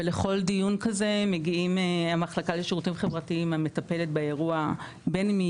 ולכל דיון כזה מגיעים המחלקה לשירותים חברתיים המטפלת באירוע בין אם היא